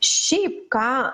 šiaip ką